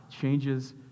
changes